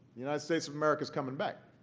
united states of america is coming back.